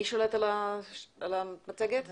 עד שהמצגת תעלה,